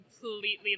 completely